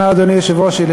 לפני שנעבור להמשך החקיקה,